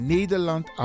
Nederland